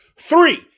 three